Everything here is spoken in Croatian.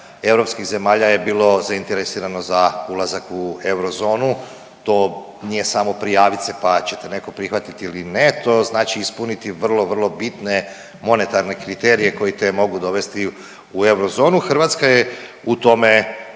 europskih zemalja je bilo zainteresirano za ulazak u eurozonu, to nije samo prijavit se, pa će te neko prihvatiti ili ne, to znači ispuniti vrlo, vrlo bitne monetarne kriterije koji te mogu dovesti u eurozonu. Hrvatska je u tome,